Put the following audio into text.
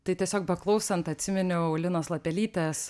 tai tiesiog beklausant atsiminiau linos lapelytės